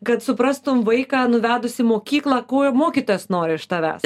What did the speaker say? kad suprastum vaiką nuvedus į mokyklą ko jo mokytojas nori iš tavęs